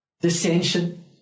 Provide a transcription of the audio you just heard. dissension